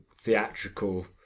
theatrical